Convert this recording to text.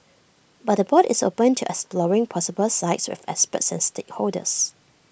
but the board is open to exploring possible sites with experts and stakeholders